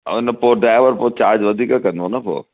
ऐं न पोइ ड्राइवर पोइ चार्ज वधीक कंदो न पोइ